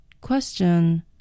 Question